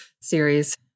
series